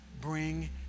bring